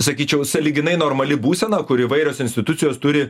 sakyčiau sąlyginai normali būsena kur įvairios institucijos turi